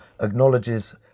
acknowledges